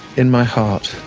in my heart